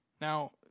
Now